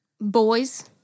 Boys